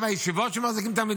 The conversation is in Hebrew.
לשמוע אותו?